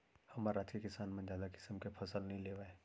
हमर राज के किसान मन जादा किसम के फसल नइ लेवय